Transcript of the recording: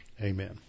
Amen